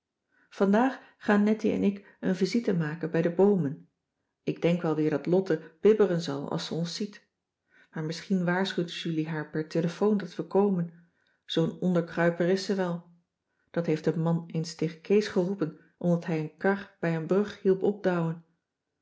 vandaag gaan nettie en ik een visite maken bij de boomen ik denk wel weer dat lotte bibberen zal als ze ons ziet maar misschien waarschuwt julie haar per telefoon dat we komen zoo'n onderkruiper is ze wel dat heeft een man eens tegen kees geroepen omdat hij een kar bij een brug hielp opdouwen